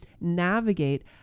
navigate